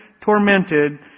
tormented